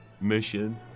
mission